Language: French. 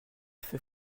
fait